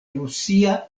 rusia